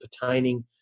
pertaining